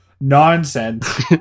nonsense